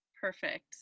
Perfect